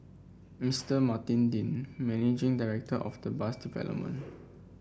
Mister Martin Dean managing director of the bus development